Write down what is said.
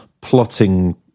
plotting